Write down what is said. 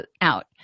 out